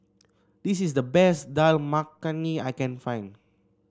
this is the best Dal Makhani I can find